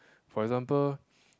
for example